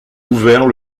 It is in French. ouvert